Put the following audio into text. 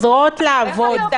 שחוזרות לעבוד.